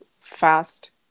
fast